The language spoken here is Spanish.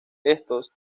estos